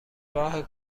راه